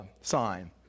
sign